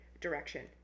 direction